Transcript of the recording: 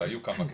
והיו כמה כאלה,